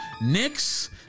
Knicks